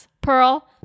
Pearl